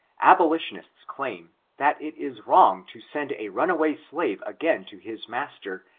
abolitionists claim that it is wrong to send a runaway slave again to his master,